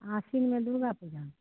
आश्विनमे दुर्गा पूजा